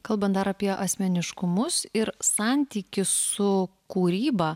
kalbant dar apie asmeniškumus ir santykį su kūryba